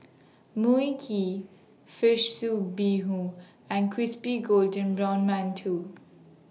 Mui Kee Fish Soup Bee Hoon and Crispy Golden Brown mantou